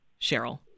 Cheryl